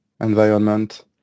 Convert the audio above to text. environment